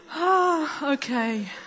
Okay